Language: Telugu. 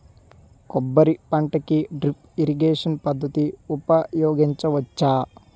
కొబ్బరి పంట కి డ్రిప్ ఇరిగేషన్ పద్ధతి ఉపయగించవచ్చా?